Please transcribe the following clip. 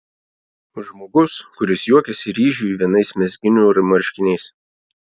žmogus kuris juokiasi ryžiui vienais mezginių marškiniais